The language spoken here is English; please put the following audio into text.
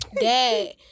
Dad